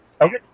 Okay